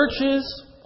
Churches